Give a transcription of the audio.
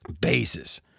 Bases